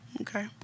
Okay